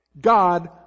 God